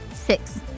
Six